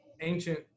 ancient